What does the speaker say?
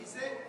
מי זה?